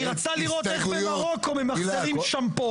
רצתה לראות איך במרוקו ממחזרים שמפו בשבת.